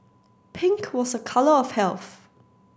pink was a colour of health